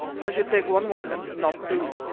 i should take one waggon, not two.